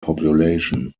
population